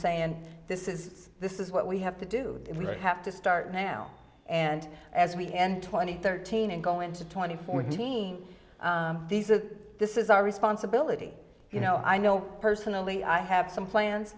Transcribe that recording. saying this is this is what we have to do we have to start now and as we end twenty thirteen and go into twenty fourteen these are this is our responsibility you know i know personally i have some plans